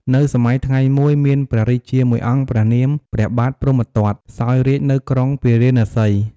នៅសម័យថ្ងៃមួយ មានព្រះរាជាមួយអង្គព្រះនាម ព្រះបាទព្រហ្មទត្ត សោយរាជ្យនៅក្រុងពារាណសី។